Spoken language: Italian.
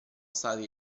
state